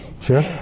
Sure